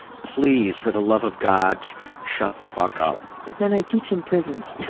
please for the love of god shut the fuck up. but then i teach in prisons. yeah